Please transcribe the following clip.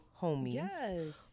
Homies